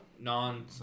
non